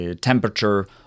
temperature